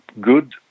good